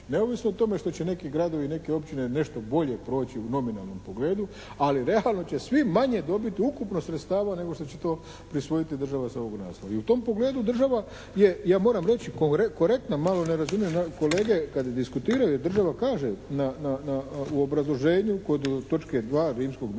neovisno o tome što će neki gradovi i neke općine nešto bolje proći u nominalnom pogledu, ali realno će vi manje dobiti ukupno sredstava nego što će to prisvojiti država sa ovog naslova. I u tom pogledu država je, ja moram reći, korektna. Malo ne razumijem kolege kad diskutiraju jer država kaže u obrazloženju kod točke 2., rimskog II